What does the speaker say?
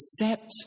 accept